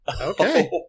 Okay